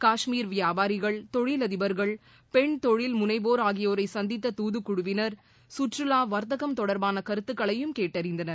காஷ்மீர் வியாபாரிகள் தொழிலதிடர்கள் பெண் தொழில்முனைவோர் ஆகியோரை சந்தித்த தூதுக்குழுவினர் சுற்றுலா வர்த்தகம் தொடர்பான கருத்துக்களையும் கேட்டறிந்தனர்